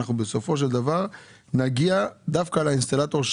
אנחנו בסופו של דבר נגיע דווקא לאינסטלטור,